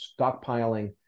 stockpiling